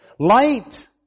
Light